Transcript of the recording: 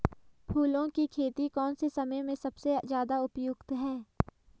फूलों की खेती कौन से समय में सबसे ज़्यादा उपयुक्त है?